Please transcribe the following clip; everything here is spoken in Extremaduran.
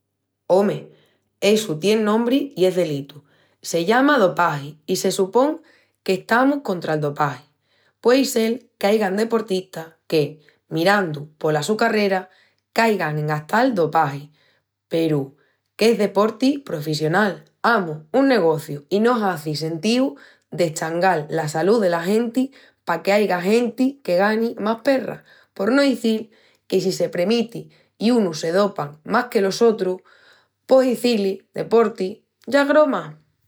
Ome, essu tien nombri i es delitu, se llama dopagi i se supon qu'estamus contra'l dopagi. Puei sel qu'aigan deportistas que, mirandu pola su carrera, caigan en gastal dopagi peru qu'es deporti profissional,, amus, un negociu, i no hazi sentíu d'eschangal la salú dela genti paque aiga genti que gani más perras. Por no izil que si se premiti i unus se dopan más que los sotrus pos izí-li deporti ya es groma.